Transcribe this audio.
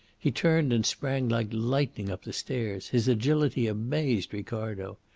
he turned and sprang like lightning up the stairs. his agility amazed ricardo.